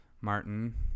Martin